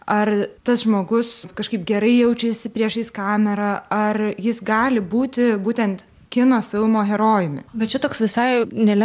ar tas žmogus kažkaip gerai jaučiasi priešais kamerą ar jis gali būti būtent kino filmo herojumi bet čia toks visai neleng